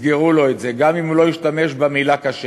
יסגרו לו את זה, גם אם הוא לא ישתמש במילה "כשר".